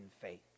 faith